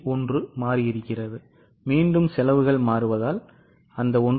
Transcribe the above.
1 மாறுகிறது மீண்டும் செலவுகள் மாறுவதால் 1